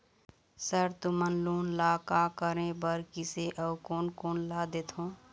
Sir तुमन loan का का करें बर, किसे अउ कोन कोन ला देथों?